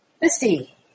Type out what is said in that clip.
Misty